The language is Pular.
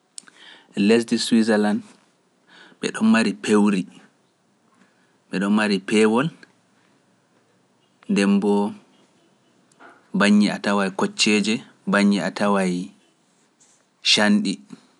Lesdi Suisalani ɓeɗo mari pewri, ɓeɗo mari peewol, ndembo baññi a tawa e kocceje, baññi a tawa e canɗi.